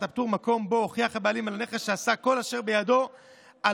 הפטור מקום שבו הוכיח הבעלים על נכס שעשה כל אשר בידו על